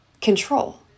control